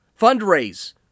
fundraise